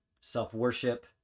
self-worship